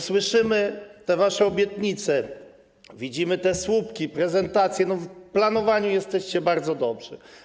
Słyszymy wasze obietnice, widzimy słupki, prezentacje, no w planowaniu jesteście bardzo dobrzy.